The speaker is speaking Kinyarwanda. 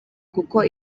kuko